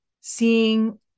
seeing